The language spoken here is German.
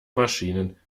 maschinen